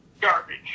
garbage